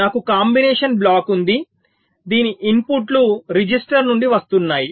నాకు combination block ఉంది దీని ఇన్పుట్లు రిజిస్టర్ నుండి వస్తున్నాయి